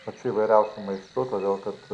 pačiu įvairiausiu maistu todėl kad